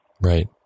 Right